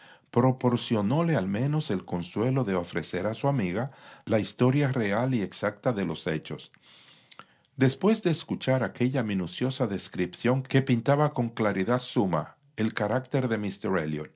proporcionóle al menos el consuelo de ofrecer a su amiga la historia real y exacta de los hechos después de escuchar aquella minuciosa descripción que pintaba con claridad suma el carácter de